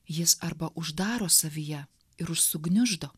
jis arba uždaro savyje ir sugniuždo